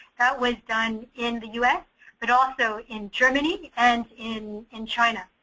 was done in the us but also in germany and in in china.